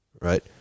right